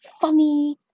funny